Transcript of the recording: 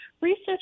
research